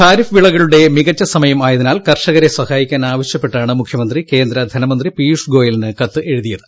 ഖാരിഫ് വിളകളുടെ മികച്ച സമയം ആയതിനാൽ കർഷകരെ സഹായിക്കാൻ ആവശ്യപ്പെട്ടാണ് മുഖ്യമന്ത്രി കേന്ദ്ര ധനമന്ത്രി പീയൂഷ് ഗോയലിന് കത്ത് എഴുതിയത്